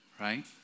right